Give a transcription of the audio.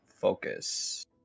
focus